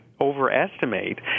overestimate